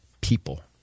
people